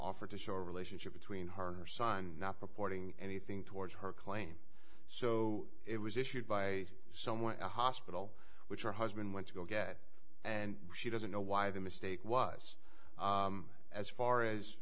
offered to show a relationship between her and her son not purporting anything towards her claim so it was issued by someone a hospital which your husband went to go get and she doesn't know why the mistake was as far as